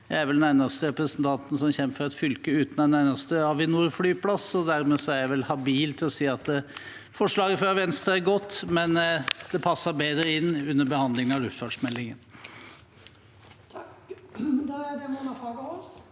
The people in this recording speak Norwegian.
Jeg er vel den eneste representanten som kommer fra et fylke uten en eneste Avinor-flyplass, og dermed er jeg vel habil til å si at forslaget fra Venstre er godt, men det hadde passet bedre inn under behandlingen av luftfartsmeldingen.